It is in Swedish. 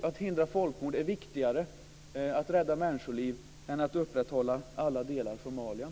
Att hindra folkmord och att rädda människoliv är viktigare än att upprätthålla alla delar i formalian.